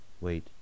Wait